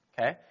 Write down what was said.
okay